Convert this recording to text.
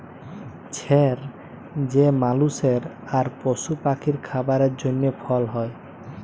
ছের যে মালুসের আর পশু পাখির খাবারের জ্যনহে ফল হ্যয়